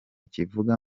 kivuga